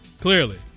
clearly